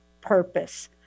Purpose